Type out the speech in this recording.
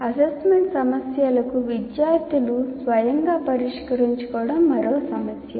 assignment సమస్యలను విద్యార్థులు స్వయంగా పరిష్కరించుకోవడం మరో సమస్య